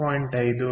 3 0